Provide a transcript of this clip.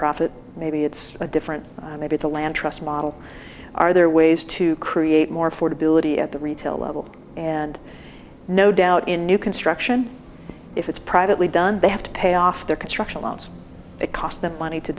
profit maybe it's a different maybe the land trust model are there ways to create more for debility at the retail and no doubt in new construction if it's privately done they have to pay off their construction loans it cost them money to